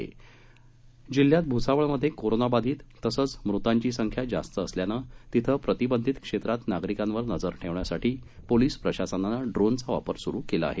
दरम्यान जिल्ह्यात भुसावळ मधे कोरोनाबाधित तसंच मृतांची संख्या जास्त असल्यानं तिथे प्रतिबंधत क्षेत्रात नागरिकांवर नजर ठेवण्यासाठी पोलीस प्रशासनानं ड्रोनचा वापर सुरु केला आहे